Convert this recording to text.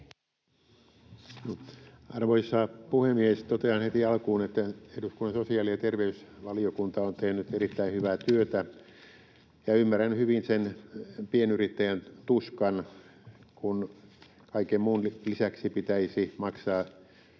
Arvoisa puhemies! Totean heti alkuun, että eduskunnan sosiaali- ja terveysvaliokunta on tehnyt erittäin hyvää työtä ja ymmärrän hyvin sen pienyrittäjän tuskan, kun kaiken muun lisäksi pitäisi maksaa